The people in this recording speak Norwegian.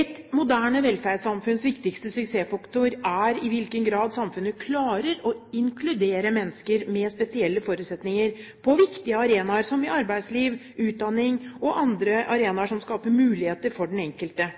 Et moderne velferdssamfunns viktigste suksessfaktor er i hvilken grad samfunnet klarer å inkludere mennesker med spesielle forutsetninger på viktige arenaer som arbeidsliv og utdanning, og andre arenaer som skaper muligheter for den enkelte.